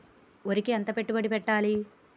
వరికి ఎంత పెట్టుబడి పెట్టాలి?